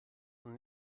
und